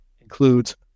includes